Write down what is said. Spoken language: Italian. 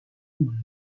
mare